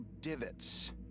divots